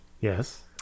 Yes